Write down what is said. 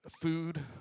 food